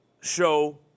show